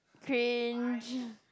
cringe